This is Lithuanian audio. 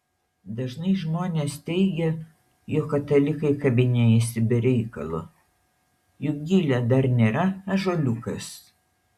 dažnai žmonės teigia jog katalikai kabinėjasi be reikalo juk gilė dar nėra ąžuoliukas